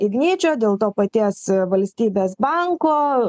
igničio dėl to paties valstybės banko